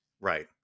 Right